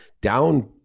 down